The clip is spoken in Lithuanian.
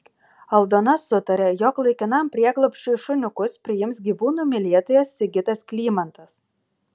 aldona sutarė jog laikinam prieglobsčiui šuniukus priims gyvūnų mylėtojas sigitas klymantas